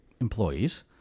employees